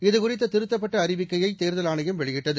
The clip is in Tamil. இதுகுறித்த திருத்தப்பட்ட அறிவிக்கையை தேர்தல் ஆணையம் வெளியிட்டது